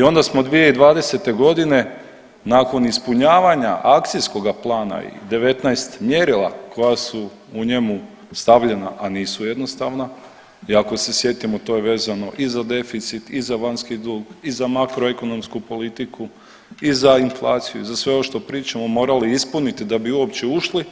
I onda smo 2020. godine nakon ispunjavanja akcijskoga plana i 19 mjerila koja su u njemu stavljena, a nisu jednostavna i ako se sjetimo to je vezano i za deficit, i za vanjski dug, i za makroekonomsku politiku, i za inflaciju i za sve ovo što pričamo morali ispuniti da bi uopće ušli